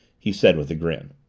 he said, with a grin.